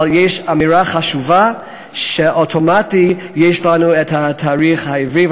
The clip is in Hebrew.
אבל יש אמירה חשובה שאוטומטית יש לנו תאריך עברי,